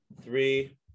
Three